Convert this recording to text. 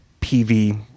PV